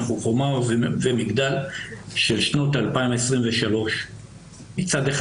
אנחנו חומה ומגדל של שנת 2023. מצד אחד